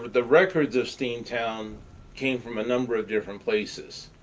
the records of steamtown came from a number of different places.